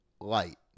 light